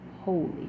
holy